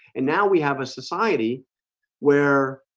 and now we have a society where